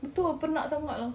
betul penat sangat lah